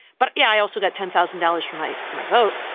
but yeah, i also got ten thousand dollars from right for my vote.